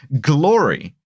glory